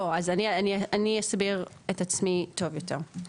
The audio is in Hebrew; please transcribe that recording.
לא, אז אני אסביר את עצמי טוב יותר.